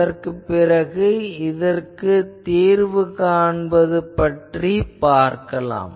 அதற்குப் பிறகு இதற்குத் தீர்வு காண்பது பற்றிப் பார்க்கலாம்